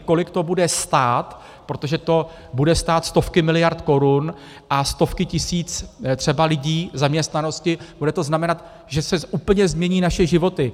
Kolik to bude stát, protože to budou stovky miliard korun a stovky tisíc třeba lidí, zaměstnanosti, bude to znamenat, že se úplně změní naše životy.